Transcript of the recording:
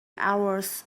hours